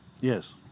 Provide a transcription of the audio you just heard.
Yes